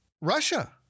Russia